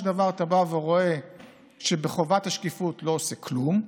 דבר אתה רואה שבחובת השקיפות לא עושה כלום.